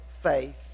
faith